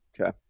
Okay